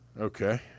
Okay